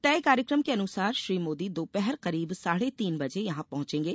तय कार्यक्रम के अनुसार श्री मोदी दोपहर करीब साढ़े तीन बजे यहां पहंचेंगे